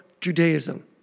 Judaism